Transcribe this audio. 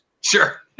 Sure